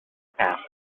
pass